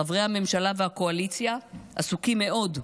חברי הממשלה והקואליציה עסוקים מאוד,